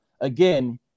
again